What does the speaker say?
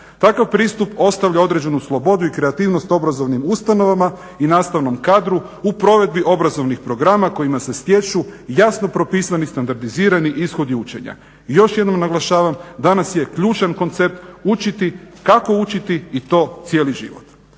Takav pristup ostavlja određenu slobodu i kreativnost obrazovnim ustanovama i nastavnom kadru u provedbi obrazovnih programa kojima se stječu jasno propisani standardizirani ishodi učenja. Još jednom naglašavam danas je ključan koncept učiti kako učiti i to cijeli život.